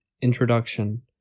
Introduction